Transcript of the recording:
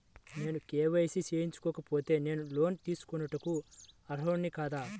నేను కే.వై.సి చేయించుకోకపోతే నేను లోన్ తీసుకొనుటకు అర్హుడని కాదా?